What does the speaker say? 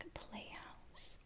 playhouse